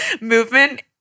movement